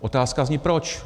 Otázka zní proč.